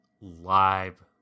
live